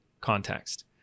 context